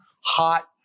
hot